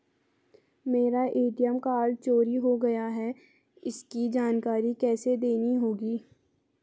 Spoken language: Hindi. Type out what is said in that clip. मेरा ए.टी.एम कार्ड चोरी हो गया है इसकी जानकारी किसे देनी होगी?